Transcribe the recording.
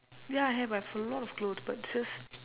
ya I have I have a lot of clothes but it's just